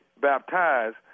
baptized